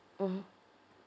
mmhmm